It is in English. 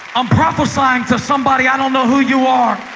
i'm prophesying to somebody. i don't know who you are,